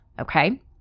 Okay